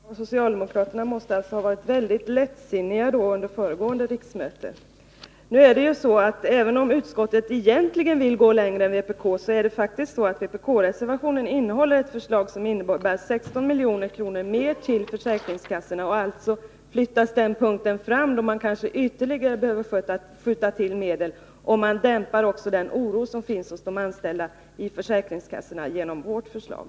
Herr talman! Socialdemokraterna måste alltså ha varit lättsinniga under föregående riksmöte. Även om utskottsmajoriteten egentligen vill gå längre än vpk, så innehåller vpk-reservationen ett förslag som innebär 16 milj.kr. mer till försäkringskassorna, och den tidpunkt då man kanske måste skjuta till ytterligare medel flyttas fram. Man dämpar också den oro som finns hos de anställda på försäkringskassorna genom vårt förslag.